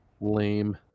Lame